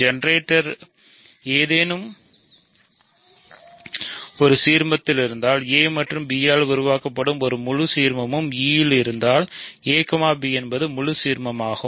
ஜெனரேட்டர்கள் ஏதேனும் ஒரு சீர்மத்தில் இருந்தால் a மற்றும் b ஆல் உருவாக்கப்படும் முழு சீர்மமும் e இல் இருந்தால் a b என்பது முழு சீர்மமாகும்